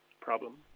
problem